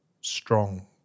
strong